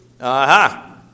Aha